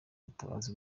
ubutabazi